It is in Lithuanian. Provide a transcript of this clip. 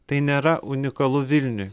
tai nėra unikalu vilniui